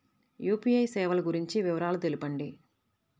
UPI సేవలు గురించి వివరాలు తెలుపండి?